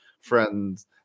friends